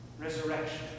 resurrection